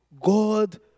God